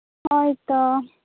ᱦᱳᱭᱛᱳ